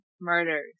Murders